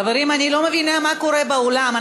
חברים, אני לא מבינה מה קורה באולם.